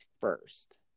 first